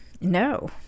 No